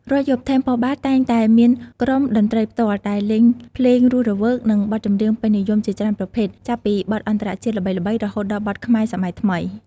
រាល់យប់ Temple Bar តែងតែមាន ក្រុមតន្ត្រីផ្ទាល់ ដែលលេងភ្លេងរស់រវើក និងបទចម្រៀងពេញនិយមជាច្រើនប្រភេទ ចាប់ពីបទអន្តរជាតិល្បីៗ រហូតដល់បទខ្មែរសម័យថ្មី។